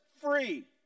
free